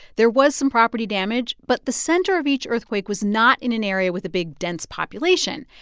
there was some property damage, but the center of each earthquake was not in an area with a big, dense population.